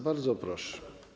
Bardzo proszę.